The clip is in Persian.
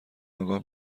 آگاه